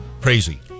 crazy